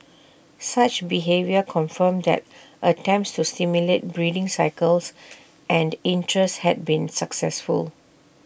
such behaviour confirmed that attempts to stimulate breeding cycles and interest had been successful